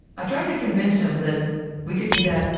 i tried to convince him that we could do that,